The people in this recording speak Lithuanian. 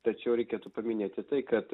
tačiau reikėtų paminėti tai kad